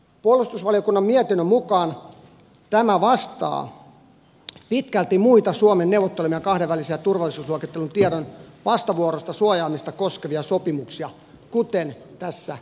puolustusvaliokunnan mietinnön mukaan tämä vastaa pitkälti muita suomen neuvottelemia kahdenvälisiä turvallisuusluokitellun tiedon vastavuoroista suojaamista koskevia sopimuksia kuten tässä lukee